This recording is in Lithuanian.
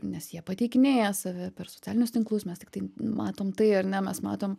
nes jie pateikinėja save per socialinius tinklus mes tiktai matom tai ar ne mes matom